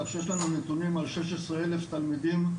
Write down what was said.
כאשר יש לנו נתונים על 16 אלף תלמידים,